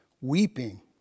weeping